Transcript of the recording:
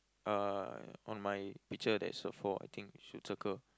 uh on my picture there is a four I think we should circle